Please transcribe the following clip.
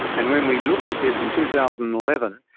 and when we looked at this in two thousand and eleven,